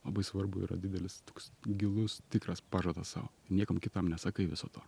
labai svarbu yra didelis toks gilus tikras pažadas sau niekam kitam nesakai viso to